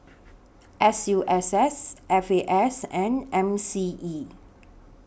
S U S S F A S and M C E